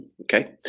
Okay